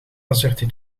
azerty